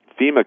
FEMA